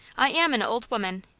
i am an old woman,